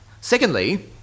Secondly